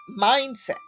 mindset